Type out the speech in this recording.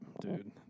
dude